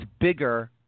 bigger